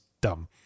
dumb